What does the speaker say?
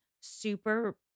super